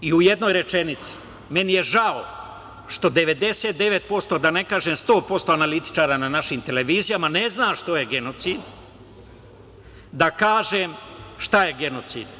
I u jednoj rečenici - meni je žao što 99%, da ne kažem 100%, analitičara na našim televizijama ne zna šta je genocid, da kažem šta je genocid.